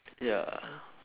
ya